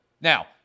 Now